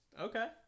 Okay